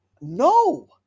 No